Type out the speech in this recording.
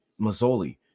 Mazzoli